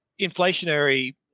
inflationary